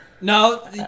No